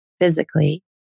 physically